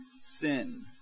sin